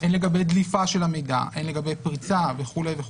הן לגבי דליפה של המידע והן לגבי פריצה וכולי.